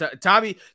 Tommy